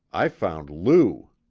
i found lou!